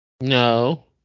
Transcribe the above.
No